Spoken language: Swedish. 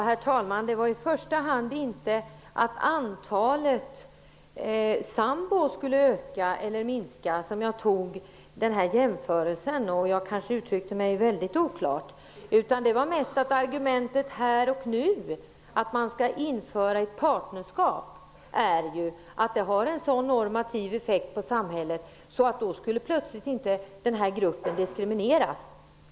Herr talman! Det var i första hand inte för att antalet sambor skulle ha ökat eller minskat som jag gjorde denna jämförelse, men kanske uttryckte jag mig oklart. Det var mest med anledning av att argumentet här och nu för att lagstifta om partnerskap är att det skulle ha en så normativ effekt på samhället att denna grupp plötsligt inte skulle diskrimineras längre.